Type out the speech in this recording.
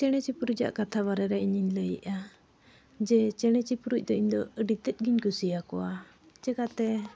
ᱪᱮᱬᱮᱼᱪᱤᱯᱨᱩᱣᱟᱜ ᱠᱟᱛᱷᱟ ᱵᱟᱨᱮ ᱨᱮ ᱤᱧᱤᱧ ᱞᱟᱹᱭᱮᱜᱼᱟ ᱡᱮ ᱪᱮᱬᱮᱼᱪᱤᱯᱨᱩ ᱫᱚ ᱤᱧᱫᱚ ᱟᱹᱰᱤ ᱛᱮᱫ ᱜᱤᱧ ᱠᱩᱥᱤᱭᱟᱠᱚᱣᱟ ᱪᱤᱠᱟᱹᱛᱮ